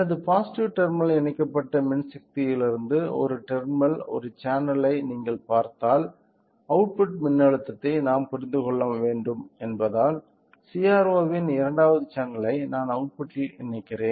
எனவே positive terminal இணைக்கப்பட்ட மின்சக்தியிலிருந்து ஒரு டெர்மினல் ஒரு சேனலை நீங்கள் பார்த்தால் அவுட்புட் மின்னழுத்தத்தை நாம் புரிந்து கொள்ள வேண்டும் என்பதால் CRO இன் இரண்டாவது சேனல் ஐ நான் அவுட்புட்டில் இணைக்கிறேன்